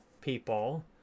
people